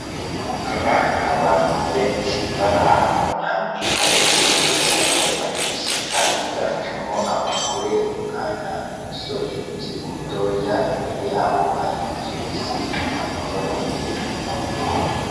Abana ni abantu benshi bari ahantu hamwe baracyeye cyane bari guseka higanjemo abagore, umwana, n'umusore ukiri mutoya. Imbere yabo hari inzu isize amabara y'umuhondo.